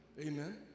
Amen